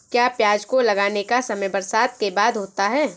क्या प्याज को लगाने का समय बरसात के बाद होता है?